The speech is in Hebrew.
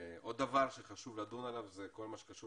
עוד דבר שחשוב לדון עליו זה כל מה שקשור